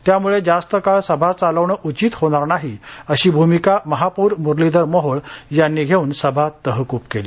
त्यामुळे जास्त काळ सभा चालवणं उचित होणार नाही अशी भूमिका महापौर मुरलीधर मोहोळ यांनी घेऊन सभा तहकूब केली